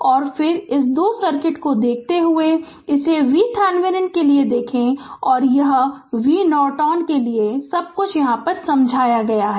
और फिर फिर इस दो सर्किट को देखते हुए इसे VThevenin के लिए देखें और यह V Norton के लिए है तो सब कुछ समझाया गया है